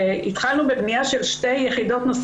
רוב הבנים עושים acting out ופוגעים בסביבה,